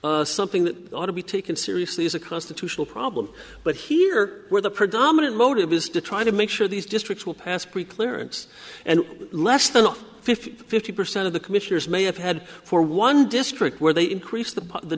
not something that ought to be taken seriously as a constitutional problem but here where the predominant motive is to try to make sure these districts will pass pre clearance and less than fifty fifty percent of the commissioners may have had for one district where they increase the the